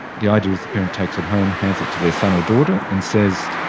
the idea is the parents takes it home, hands it to their son or daughter and says,